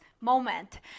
moment